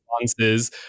responses